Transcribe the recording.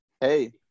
Hey